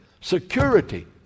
security